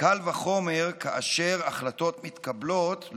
קל וחומר כאשר החלטות מתקבלות,